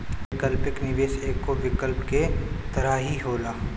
वैकल्पिक निवेश एगो विकल्प के तरही होला